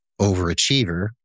overachiever